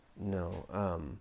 no